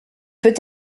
peut